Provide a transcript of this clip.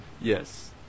Yes